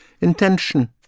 intention